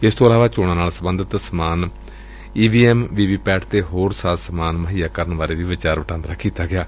ਇਸ ਤੋਂ ਇਲਾਵਾ ਚੋਣਾਂ ਨਾਲ ਸਬੰਧਤ ਸਮਾਨ ਈਵੀਐਮਵੀਵੀਪੈਟ ਅਤੇ ਹੋਰ ਸਾਜ਼ੋ ਸਮਾਨ ਮੁਹੱਈਆ ਬਾਰੇ ਵਿਚਾਰ ਵਟਾਂਦਰਾ ਕੀਤਾ ਗਿਐ